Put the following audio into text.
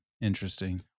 Interesting